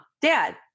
dad